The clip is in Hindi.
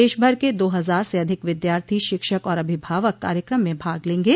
देशभर के दो हजार से अधिक विद्यार्थी शिक्षक और अभिभावक कार्यक्रम में भाग लेंगे